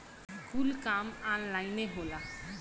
कुल काम ऑन्लाइने होला